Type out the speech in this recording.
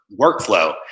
workflow